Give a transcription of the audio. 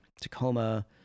Tacoma